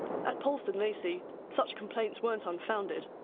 at polesden lacey such complaints weren't unfounded.